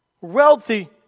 Wealthy